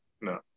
No